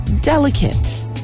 Delicate